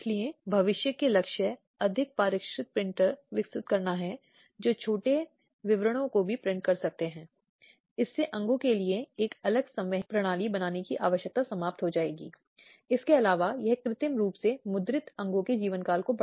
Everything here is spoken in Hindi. इसलिए यह बहुत महत्वपूर्ण है कि वह अपने लिए कुछ आवास रखने में सक्षम हो या तो वही घर जहां वह रह रही थी या हो सकता है महिलाओं के लिए वैकल्पिक आवास की भी स्थिति हो